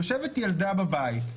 יושבת ילדה בבית,